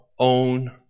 own